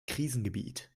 krisengebiet